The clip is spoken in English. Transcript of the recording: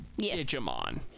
Digimon